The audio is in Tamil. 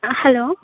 ஆ ஹலோ